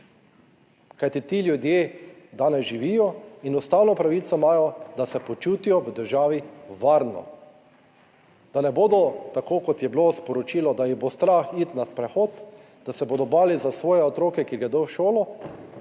Kajti ti ljudje danes živijo in ustavno pravico imajo, da se počutijo v državi varno, da ne bodo, tako kot je bilo sporočilo, da jih bo strah iti na sprehod, da se bodo bali za svoje otroke, ki gredo v šolo,